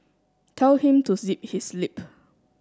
tell him to zip his lip